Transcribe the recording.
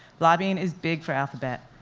lobbying is big for alphabet.